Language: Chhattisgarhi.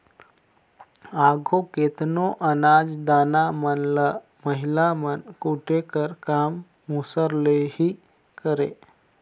आघु केतनो अनाज दाना मन ल महिला मन कूटे कर काम मूसर ले ही करें